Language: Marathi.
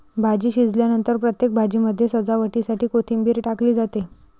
भाजी शिजल्यानंतर प्रत्येक भाजीमध्ये सजावटीसाठी कोथिंबीर टाकली जाते